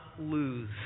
lose